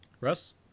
Russ